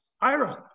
Ira